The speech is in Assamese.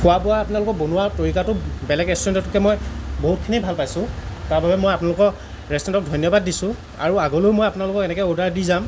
খোৱা বোৱা আপোনালোকৰ বনোৱা তৰিকাটো বেলেগ ৰেষ্টুৰেণ্টতকৈ মই বহুতখিনি ভাল পাইছোঁ তাৰবাবে মই আপোনালোকৰ ৰেষ্টুৰেণ্টক ধন্যবাদ দিছোঁ আৰু আগলেও আপোনালোকক এনেকৈ অৰ্ডাৰ দি যাম